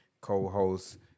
co-host